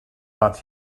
but